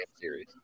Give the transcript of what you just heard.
series